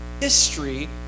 history